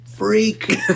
Freak